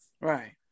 Right